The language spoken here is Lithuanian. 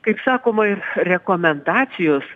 kaip sakoma rekomendacijos